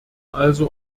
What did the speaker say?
also